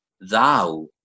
Thou